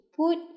put